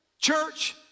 church